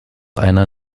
einer